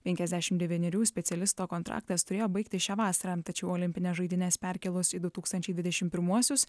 penkiasdešim devynerių specialisto kontraktas turėjo baigtis šią vasarą tačiau olimpines žaidynes perkėlus į du tūkstančiai dvidešim pirmuosius